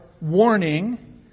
warning